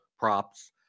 props